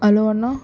hello Anna